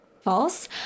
false